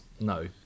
No